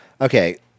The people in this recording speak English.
Okay